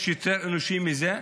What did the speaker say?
יש יותר אנושי מזה?